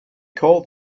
called